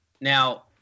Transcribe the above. Now